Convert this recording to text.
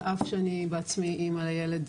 על אף שאני בעצמי אימא לילד,